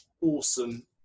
awesome